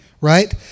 right